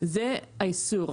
זה האיסור.